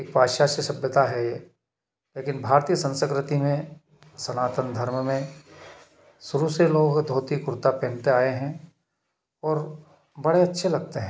पाश्चात्य सभ्यता हैं ये लेकिन भारतीय संस्कृति में सनातन धर्म में शुरू से लोग धोती कुर्ता पहनते आए हैं और बड़े अच्छे लगते हैं